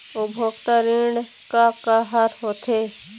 उपभोक्ता ऋण का का हर होथे?